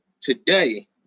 Today